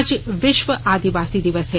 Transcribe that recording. आज विश्व आदिवासी दिवस है